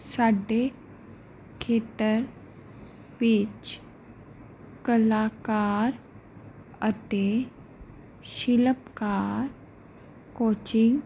ਸਾਡੇ ਖੇਤਰ ਵਿੱਚ ਕਲਾਕਾਰ ਅਤੇ ਸ਼ਿਲਪਕਾਰ ਕੋਚਿੰਗ